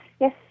yes